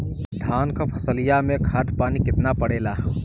धान क फसलिया मे खाद पानी कितना पड़े ला?